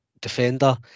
defender